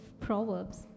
Proverbs